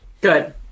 Good